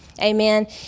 Amen